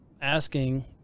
asking